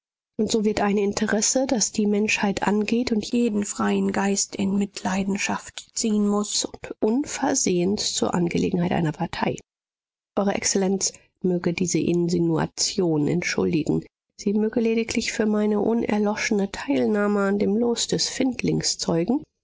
und so wird ein interesse das die menschheit angeht und jeden freien geist in mitleidenschaft ziehen muß unversehens zur angelegenheit einer partei eure exzellenz möge diese insinuation entschuldigen sie möge lediglich für meine unerloschene teilnahme an dem los des findlings zeugen